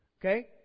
Okay